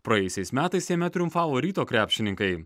praėjusiais metais jame triumfavo ryto krepšininkai